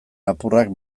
apurrak